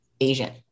Asian